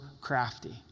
crafty